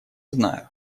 знаю